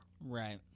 right